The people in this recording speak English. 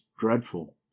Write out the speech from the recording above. dreadful